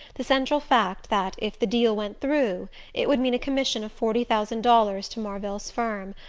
the central fact that if the deal went through it would mean a commission of forty thousand dollars to marvell's firm,